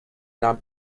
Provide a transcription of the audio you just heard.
nahm